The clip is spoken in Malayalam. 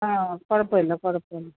ആ കുഴപ്പം ഇല്ല കുഴപ്പം ഇല്ല